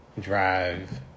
Drive